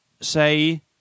Say